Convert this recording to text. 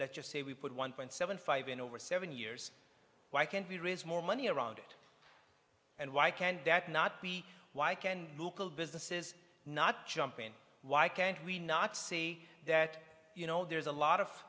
let's just say we put one point seven five in over seven years why can't we raise more money around it and why can't that not be why can google businesses not jump in why can't we not see that you know there's a lot of